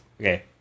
Okay